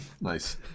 Nice